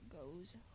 goes